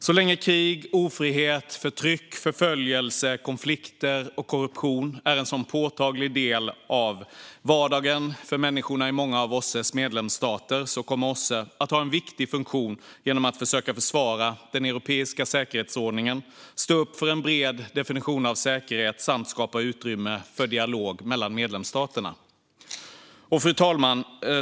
Så länge krig, ofrihet, förtryck, förföljelse, konflikter och korruption är en sådan påtaglig del av vardagen för människorna i många av OSSE:s medlemsstater kommer OSSE att ha en viktig funktion genom att försöka försvara den europeiska säkerhetsordningen, stå upp för en bred definition av säkerhet samt skapa utrymme för dialog mellan medlemsstaterna. Fru talman!